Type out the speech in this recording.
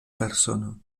persono